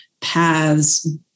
paths